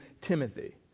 Timothy